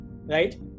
right